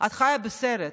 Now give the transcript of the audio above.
את חיה בסרט.